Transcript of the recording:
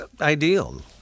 ideal